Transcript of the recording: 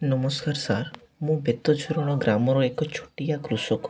ନମସ୍କାର ସାର୍ ମୁଁ ବେତ ଝରଣ ଗ୍ରାମର ଏକ ଛୋଟିଆ କୃଷକ